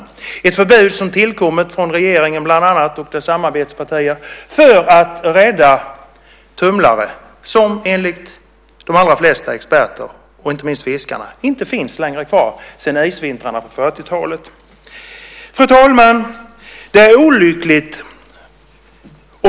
Det är ett förbud som tillkommit från regeringen och dess samarbetspartier för att rädda tumlare som enligt de allra flesta experter, inte minst fiskarna, inte längre finns kvar sedan isvintrarna på 40-talet. Fru talman! Det är olyckligt.